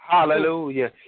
Hallelujah